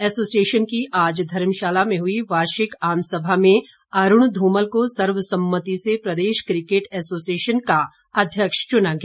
association की आज धर्मशाला में हई वार्षिक आम सभा में अरुण धूमल को सर्वसम्मति से प्रदेश क्रिकेट एसोसिएशन का अध्यक्ष चुना गया